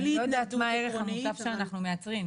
אני לא יודעת מה הערך המוסף שאנחנו מייצרים,